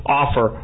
offer